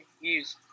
use